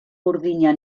burdina